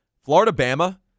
Florida-Bama